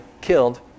killed